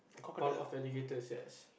a pile of alligators yes